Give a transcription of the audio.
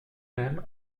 même